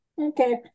okay